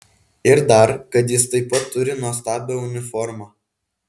ir dar kad jis taip pat turi nuostabią uniformą